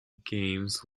games